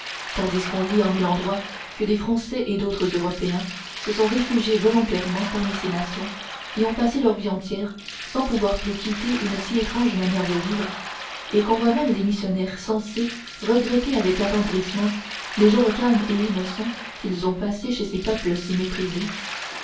tandis qu'on lit en mille endroits que des français et d'autres européens se sont réfugiés volontairement parmi ces nations y ont passé leur vie entière sans pouvoir plus quitter une si étrange manière de vivre et qu'on voit même des missionnaires sensés regretter avec attendrissement les jours calmes et innocents qu'ils ont passés chez ces peuples si méprisés